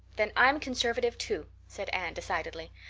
then i'm conservative too, said anne decidedly.